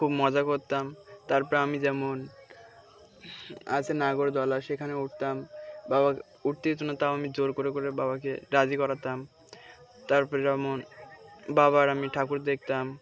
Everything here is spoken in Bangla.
খুব মজা করতাম তারপর আমি যেমন আছে নাগরদোলা সেখানে উঠতাম বাবাকে উঠতে তু না তাও আমি জোর করে করে বাবাকে রাজি করাতাম তারপরে যেমন বাবার আমি ঠাকুর দেখতাম